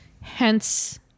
Hence